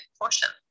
portion